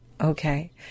Okay